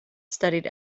studied